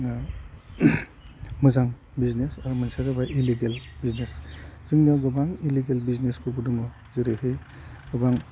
मोजां बिजनेस आरो मोनसेया जाबाय इलेगेल बिजनेस जोंनियाव गोबां इलेगेल बिजनेसफोरबो दङ जेरैहाय गोबां